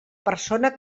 persona